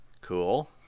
Cool